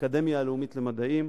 האקדמיה הלאומית למדעים,